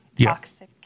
toxic